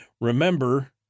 Remember